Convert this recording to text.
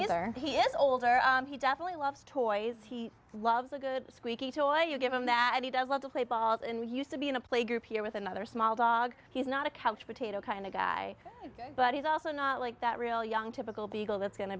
or he is older he definitely loves toys he loves a good squeaky toy you give him that he does love to play ball and he used to be in a playgroup here with another small dog he's not a couch potato kind of guy but he's also not like that real young typical beagle that's go